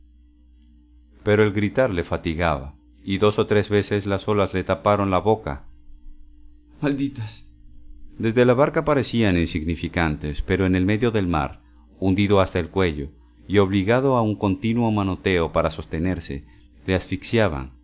pero el gritar le fatigaba y dos o tres veces las olas le taparon la boca malditas desde la barca parecían insignificantes pero en medio del mar hundido hasta el cuello y obligado a un continuo manoteo para sostenerse le asfixiaban